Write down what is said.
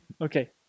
Okay